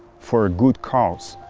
for a good cause,